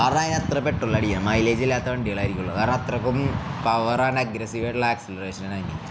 കാര അതിനന്ത്ര പെട്ടുള്ളള്ള അടിയാ മലേജില്ലാത്ത വണ്ടികളായിരിക്കുള്ളൂ കാരണം അത്രക്കും പവറാണ് അഗ്രസീവ്ായിയിട്ടുള്ള ആക്സിലറേഷനായിനിക്ക്